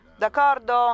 d'accordo